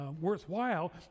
worthwhile